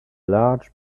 large